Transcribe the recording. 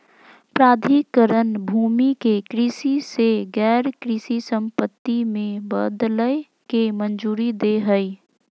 प्राधिकरण भूमि के कृषि से गैर कृषि संपत्ति में बदलय के मंजूरी दे हइ